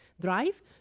drive